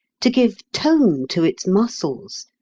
to give tone to its muscles,